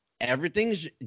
everything's